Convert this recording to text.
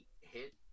hit